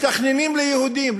מתכננים ליהודים.